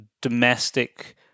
domestic